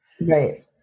Right